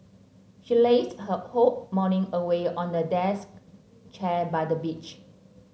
she lazed her whole morning away on a desk chair by the beach